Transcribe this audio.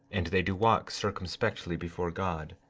and they do walk circumspectly before god,